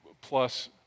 plus